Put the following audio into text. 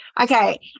okay